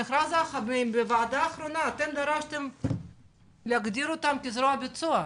בוועדה האחרונה דרשתם להגדיר אותם כזרוע ביצוע.